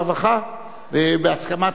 הרווחה והבריאות נתקבלה.